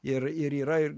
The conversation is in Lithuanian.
ir ir yra ir